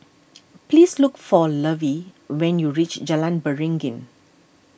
please look for Lovey when you reach Jalan Beringin